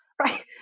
right